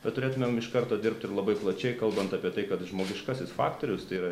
bet turėtumėm iš karto dirbti ir labai plačiai kalbant apie tai kad žmogiškasis faktorius tai yra